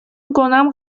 میکنم